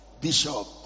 Bishop